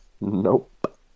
nope